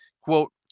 Quote